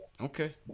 Okay